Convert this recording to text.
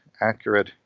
accurate